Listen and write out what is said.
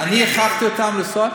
אני הכרחתי אותם לנסוע?